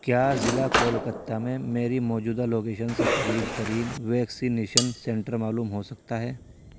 کیا ضلع کولکتہ میں میری موجودہ لوکیشن سے قریب ترین ویکسینیشن سنٹر معلوم ہو سکتا ہے